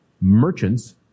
Merchants